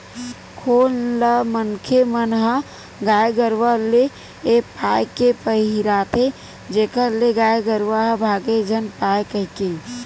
खोल ल मनखे मन ह गाय गरुवा ले ए पाय के पहिराथे जेखर ले गाय गरुवा ह भांगे झन पाय कहिके